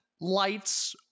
lights